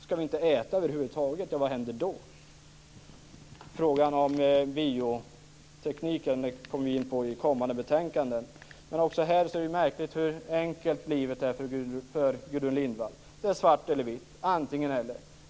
Skall vi inte äta över huvud taget, och vad händer då? Frågan om biotekniken tas upp med anledning av kommande betänkande. Men också i den frågan är det märkligt hur enkelt livet är för Gudrun Lindvall. Det är svart eller vitt, antingen-eller.